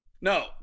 no